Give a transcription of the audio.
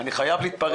אני חייב להתפרץ.